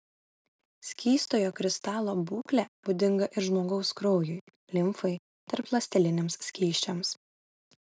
skystojo kristalo būklė būdinga ir žmogaus kraujui limfai tarpląsteliniams skysčiams